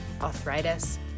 arthritis